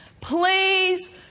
please